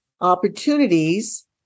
opportunities